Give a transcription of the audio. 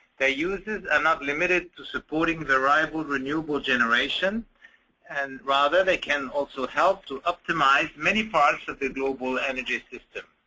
they uses a not limited to supporting the rival renewable generation and rather they can also help to optimize many parts of the global energy system.